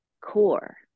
core